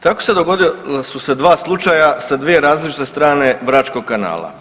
Tako se dogodila su se dva slučaja sa dvije različite strane Bračkog kanala.